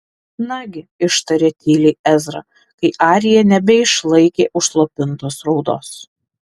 nagi ištarė tyliai ezra kai arija nebeišlaikė užslopintos raudos